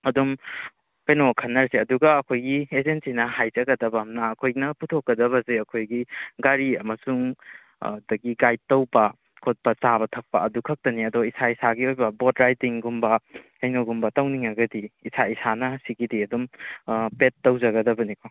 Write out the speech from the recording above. ꯑꯗꯨꯝ ꯀꯩꯅꯣ ꯈꯟꯅꯔꯁꯦ ꯑꯗꯨꯒ ꯑꯩꯈꯣꯏꯒꯤ ꯑꯦꯖꯦꯟꯁꯤꯅ ꯍꯥꯏꯖꯒꯗꯕ ꯑꯃꯅ ꯑꯩꯈꯣꯏꯅ ꯄꯨꯊꯣꯛꯀꯗꯕꯁꯦ ꯑꯩꯈꯣꯏꯒꯤ ꯒꯥꯔꯤ ꯑꯃꯁꯨꯡ ꯑꯗꯒꯤ ꯒꯥꯏꯗ ꯇꯧꯕ ꯈꯣꯠꯄ ꯆꯥꯕ ꯊꯛꯄ ꯑꯗꯨ ꯈꯛꯇꯅꯤ ꯑꯗꯣ ꯏꯁꯥ ꯏꯁꯥꯒꯤ ꯑꯣꯏꯕ ꯕꯣꯠ ꯔꯥꯏꯗꯤꯡꯒꯨꯝꯕ ꯀꯩꯅꯣꯒꯨꯝꯕ ꯇꯧꯅꯤꯡꯂꯒꯗꯤ ꯏꯁꯥ ꯏꯁꯥꯅ ꯁꯤꯒꯤꯗꯤ ꯑꯗꯨꯝ ꯄꯦꯗ ꯇꯧꯖꯒꯗꯕꯅꯤꯀꯣ